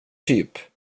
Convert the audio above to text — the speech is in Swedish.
typ